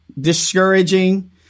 Discouraging